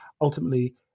ultimately